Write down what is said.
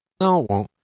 No